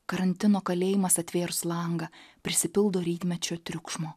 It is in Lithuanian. karantino kalėjimas atvėrus langą prisipildo rytmečio triukšmo